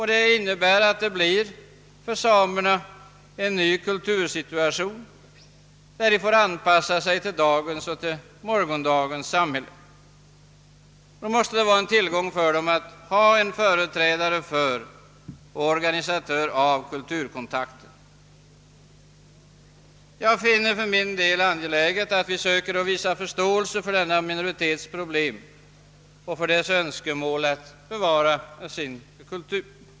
Det innebär att samerna får en ny kultursituation, då de måste anpassa sig till dagens och morgondagens samhälle. Det måste då vara en tillgång för dem att ha en företrädare för och organisatör av kulturkontakten. Jag finner det angeläget att vi söker visa förståelse för denna minoritets problem och för dess önskemål att bevara sin kultur.